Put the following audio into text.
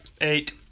Eight